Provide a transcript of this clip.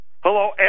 Hello